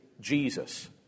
Jesus